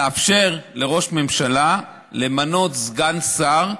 לאפשר לראש ממשלה למנות סגן שר.